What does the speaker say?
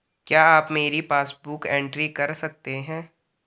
क्या आप मेरी पासबुक बुक एंट्री कर सकते हैं?